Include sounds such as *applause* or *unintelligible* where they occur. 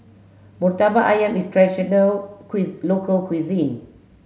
Murtabak Ayam is a traditional *unintelligible* local cuisine